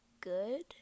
good